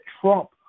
Trump